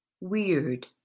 weird